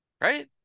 Right